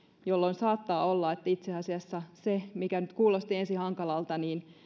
jolloin saattaa olla että itse asiassa sen mikä nyt kuulosti ensin hankalalta